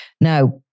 Now